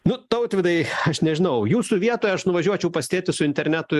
nu tautvydai aš nežinau jūsų vietoj aš nuvažiuočiau pas tėtį su internetu